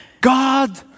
God